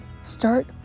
Start